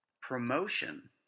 promotion